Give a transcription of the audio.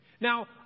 Now